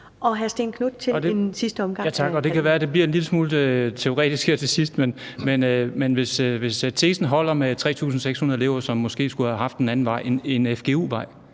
Kl. 16:56 Stén Knuth (V): Tak. Og det kan være, det bliver en lille smule teoretisk her til sidst. Men hvis tesen holder med 3.600 elever, som måske skulle have haft en anden vej end f.eks.